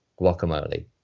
guacamole